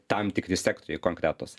tam tikri sektoriai konkretūs